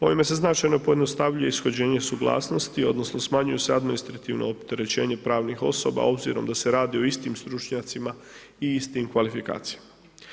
Ovime se značajno pojednostavljuje ishođenje suglasnosti odnosno smanjuju se administrativno opterećenje pravnih osoba obzirom da se radi o istim stručnjacima i istim kvalifikacijama.